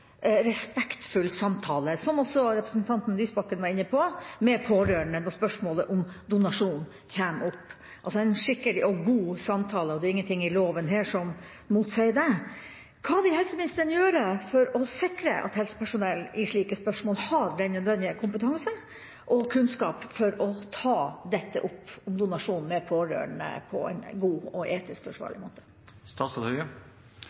respektfull samtale med pårørende, som også representanten Lysbakken var inne på, når spørsmålet om donasjon kommer opp – altså en skikkelig og god samtale, og det er ingenting i loven som motsier det. Hva vil helseministeren gjøre for å sikre at helsepersonell har den nødvendige kompetanse og kunnskap for å ta spørsmålet om donasjon opp med pårørende på en god og etisk forsvarlig